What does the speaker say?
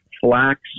Flax